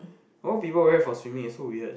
why would people wear it for swimming it's so weird